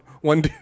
one